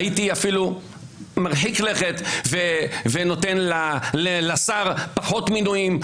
הייתי אפילו מרחיק לכת ונותן לשר פחות מינויים,